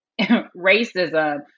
racism